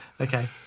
Okay